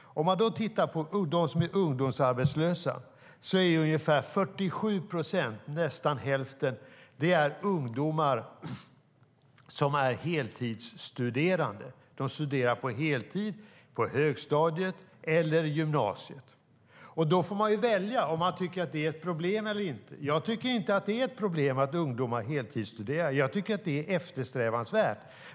Om man tittar på dem som är ungdomsarbetslösa är ungefär 47 procent - nästan hälften - ungdomar som är heltidsstuderande. De studerar på heltid på högskolan eller gymnasiet. Man får välja om man tycker att det är ett problem eller inte. Jag tycker inte att det är ett problem att ungdomar heltidsstuderar. Jag tycker att det är eftersträvansvärt.